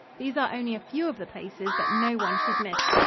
these are only a few of the places that no one should miss.